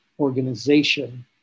organization